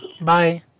Bye